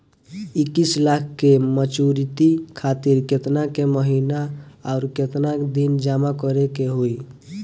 इक्कीस लाख के मचुरिती खातिर केतना के महीना आउरकेतना दिन जमा करे के होई?